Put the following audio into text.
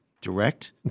direct